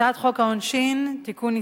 הצעת חוק העונשין (תיקון,